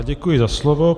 Děkuji za slovo.